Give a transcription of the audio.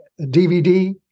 DVD